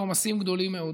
בעומסים גדולים מאוד.